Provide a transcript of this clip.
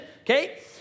okay